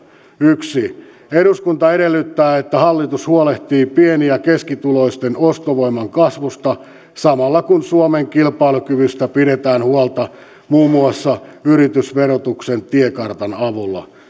yksi eduskunta edellyttää että hallitus huolehtii pieni ja keskituloisten ostovoiman kasvusta samalla kun suomen kilpailukyvystä pidetään huolta muun muassa yritysverotuksen tiekartan avulla